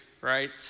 right